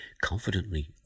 confidently